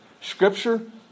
Scripture